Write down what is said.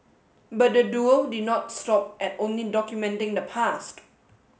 but the duo did not stop at only documenting the past